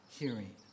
hearing